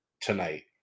tonight